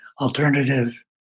alternative